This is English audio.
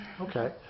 Okay